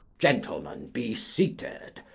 gentlemen, be seated.